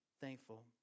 thankful